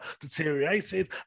deteriorated